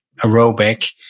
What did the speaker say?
aerobic